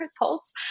results